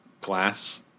glass